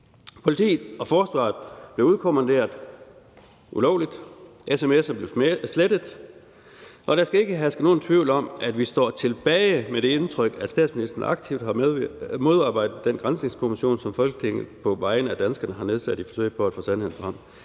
Politiet og forsvaret blev udkommanderet ulovligt. Sms'er blev slettet. Der skal ikke herske nogen tvivl om, at vi står tilbage med det indtryk, at statsministeren aktivt har modarbejdet den granskningskommission, som Folketinget på vegne af danskerne har nedsat i forsøget på at få sandheden frem.